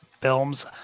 Films